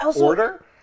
Order